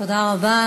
תודה רבה.